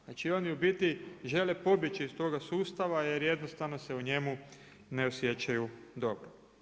Znači oni u biti žele pobjeći iz toga sustava jer jednostavno se u njemu ne osjećaju dobro.